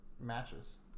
matches